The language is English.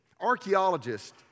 Archaeologists